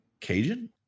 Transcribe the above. Cajun